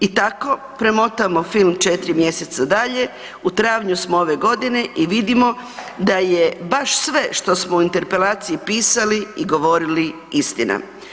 I tako premotamo film 4 mjeseca dalje, u travnju smo ove godine i vidimo da je baš sve što smo u interpelaciji pisali i govorili istina.